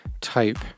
type